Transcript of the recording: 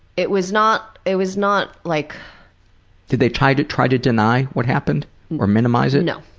it was not, it was not, like did they try to try to deny what happened or minimize it? no.